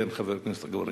כן, חבר הכנסת אגבאריה.